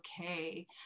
okay